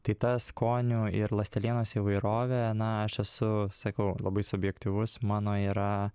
tai ta skonių ir ląstelienos įvairovė na aš esu sakau labai subjektyvus mano yra